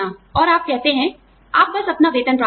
और आप कहते हैं आप बस अपना वेतन प्राप्त करें